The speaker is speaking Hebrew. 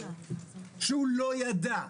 שלא ידע,